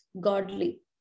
godly